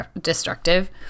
destructive